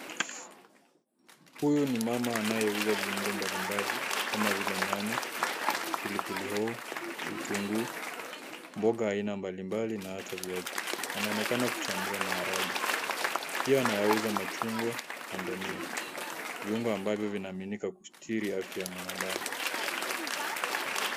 Huyu ni mama anayeuza viungo mbalimbali kama vile nyanya, pilipilihoho, vitunguu, mboga ya aina mbalimbali na hata viazi, anaonekana kuchambua maharage, pia anayauza machungwa na dania, viungo ambavyo vinaaminika kusitiri afya ya binadamu.